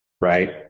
right